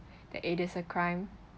that it is a crime